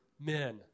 men